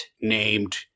named